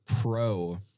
pro